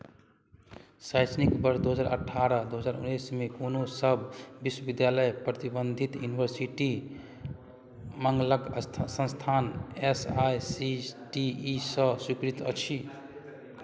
शैक्षणिक वर्ष दू हजार अठारह दू हजार उन्नैसमे कोनो सभ विश्वविद्यालय प्रतिबन्धित यूनिवर्सिटी मङ्गलक स्था संस्थान A I C T E सँ स्वीकृत अछि